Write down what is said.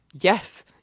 Yes